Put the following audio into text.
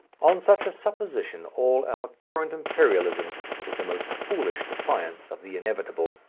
on such a supposition all our current imperialism is the most foolish defiance of the inevitable,